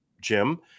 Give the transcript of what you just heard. Jim